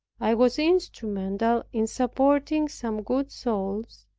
i was instrumental in supporting some good souls,